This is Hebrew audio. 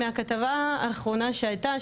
מהכתבה האחרונה שהייתה,